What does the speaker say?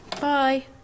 Bye